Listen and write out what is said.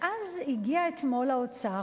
ואז הגיע אתמול האוצר,